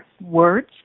words